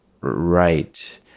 right